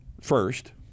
first